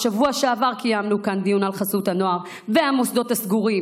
בשבוע שעבר קיימנו כאן דיון על חסות הנוער והמוסדות הסגורים,